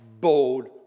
bold